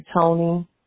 Tony